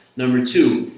number two,